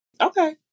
Okay